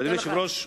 ואדוני היושב-ראש,